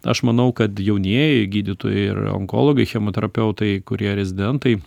aš manau kad jaunieji gydytojai ir onkologai chemoterapeutai kurie rezidentai